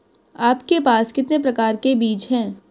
आपके पास कितने प्रकार के बीज हैं?